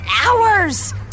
hours